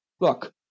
Look